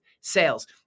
sales